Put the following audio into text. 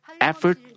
effort